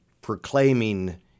proclaiming